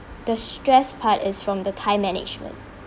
the stress part is from the time management